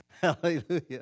hallelujah